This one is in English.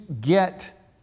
get